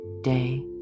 day